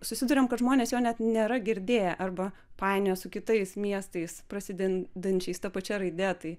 susiduriam kad žmonės jo net nėra girdėję arba painioja su kitais miestais prasidedančiais ta pačia raide tai